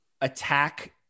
attack